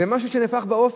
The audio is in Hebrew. זה משהו שנהפך לאופי.